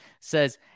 Says